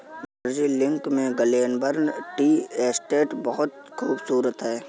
दार्जिलिंग में Glenburn tea estate बहुत खूबसूरत है